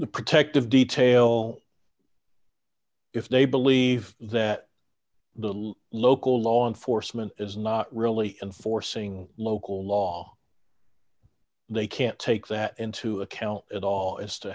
the protective detail if they believe that the local law enforcement is not really enforcing local law they can't take that into account at all as to